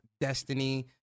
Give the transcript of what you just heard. Destiny